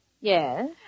Yes